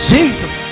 Jesus